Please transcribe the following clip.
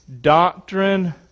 doctrine